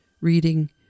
reading